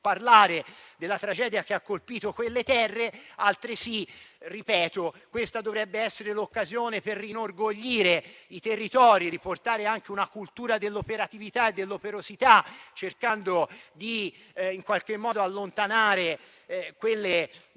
parlare della tragedia che ha colpito quelle terre. Altresì, ripeto che questa dovrebbe essere l'occasione per inorgoglire nuovamente i territori; per riportare anche una cultura dell'operatività e dell'operosità, cercando di allontanare quelle teorie